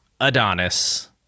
adonis